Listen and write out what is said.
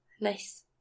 nice